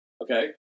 okay